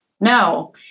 No